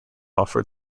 offered